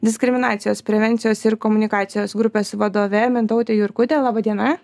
diskriminacijos prevencijos ir komunikacijos grupės vadove mintaute jurkute laba diena